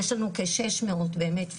יש לנו כשש מאות באמת,